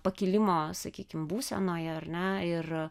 pakilimo sakykim būsenoje ar na ir